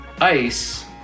ice